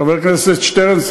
חבר הכנסת שטרן.